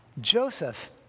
Joseph